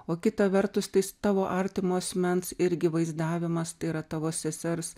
o kita vertus tais tavo artimo asmens irgi vaizdavimas tai yra tavo sesers